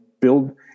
build